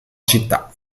città